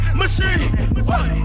machine